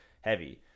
heavy